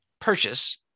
purchase